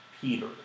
Peter